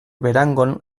berangon